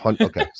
Okay